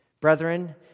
brethren